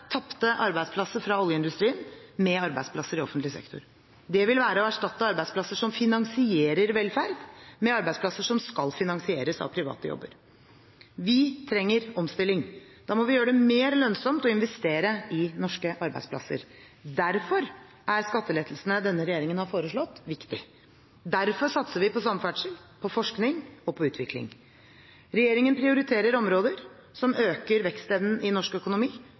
tapte arbeidsplasser fra oljeindustrien med arbeidsplasser i offentlig sektor. Det vil være å erstatte arbeidsplasser som finansierer velferd, med arbeidsplasser som skal finansieres av private jobber. Vi trenger omstilling. Da må vi gjøre det mer lønnsomt å investere i norske arbeidsplasser. Derfor er skattelettelsene denne regjeringen har foreslått, viktige. Derfor satser vi på samferdsel, på forskning og på utvikling. Regjeringen prioriterer områder som øker vekstevnen i norsk økonomi